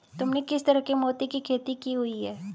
तुमने किस तरह के मोती की खेती की हुई है?